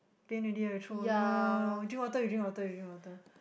pain already ah your throat no drink water you drink water you drink water